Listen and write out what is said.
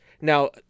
now